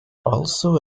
also